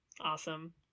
Awesome